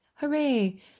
Hooray